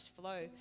flow